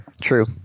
True